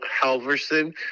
Halverson